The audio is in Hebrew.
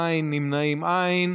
אין, נמנעים, אין.